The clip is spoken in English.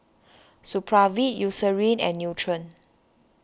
Supravit Eucerin and Nutren